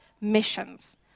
missions